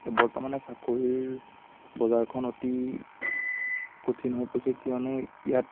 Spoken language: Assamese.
বৰ্তমানে চাকৰিৰ বজাৰখন অতি কঠিন হৈ পৰিছে কিয়নো ইয়াত